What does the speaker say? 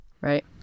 Right